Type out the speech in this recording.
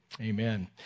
Amen